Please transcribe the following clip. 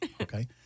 okay